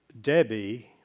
Debbie